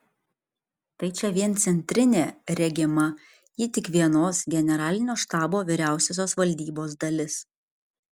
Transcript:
tai čia vien centrinė regima ji tik vienos generalinio štabo vyriausiosios valdybos dalis